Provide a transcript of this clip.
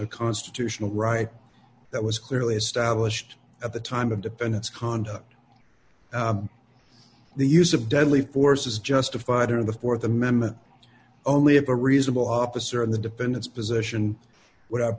of constitutional right that was clearly established at the time of dependents conduct the use of deadly force is justified in the th amendment only if a reasonable officer in the defendant's position without